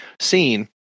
seen